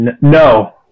No